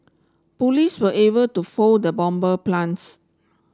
police were able to foil the bomber plans